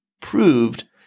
proved